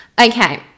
Okay